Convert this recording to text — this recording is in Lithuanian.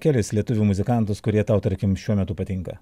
kelis lietuvių muzikantus kurie tau tarkim šiuo metu patinka